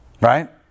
Right